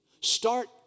Start